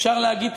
אפשר להגיד,